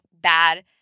bad